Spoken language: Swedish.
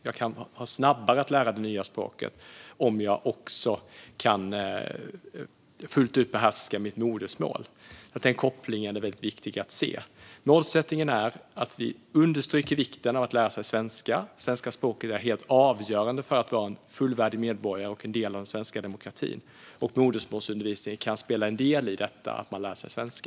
Det kan gå snabbare att lära sig det nya språket om man också fullt ut behärskar sitt modersmål. Denna koppling är väldigt viktig att se. Målsättningen är att vi understryker vikten av att lära sig svenska. Svenska språket är helt avgörande för att vara en fullvärdig medborgare och en del av den svenska demokratin - och modersmålsundervisningen kan vara en del i att man lär sig svenska.